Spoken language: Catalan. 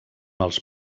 els